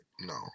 no